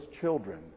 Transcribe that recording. children